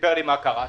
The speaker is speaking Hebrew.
וסיפר לי מה קרה שם,